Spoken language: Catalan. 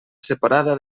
separada